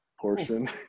portion